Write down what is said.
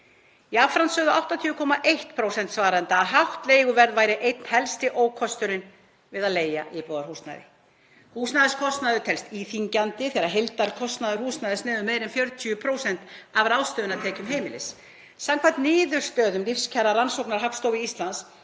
Jafnframt sögðu 80,1% svarenda að hátt leiguverð væri einn helsti ókosturinn við að leigja íbúðarhúsnæði. Húsnæðiskostnaður telst íþyngjandi þegar heildarkostnaður húsnæðis nemur meira en 40% af ráðstöfunartekjum heimilis. Samkvæmt niðurstöðum lífskjararannsóknar Hagstofu Íslands